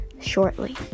shortly